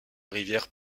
rivière